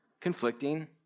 Conflicting